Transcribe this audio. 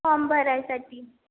form भरायसाठी